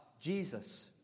Jesus